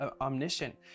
omniscient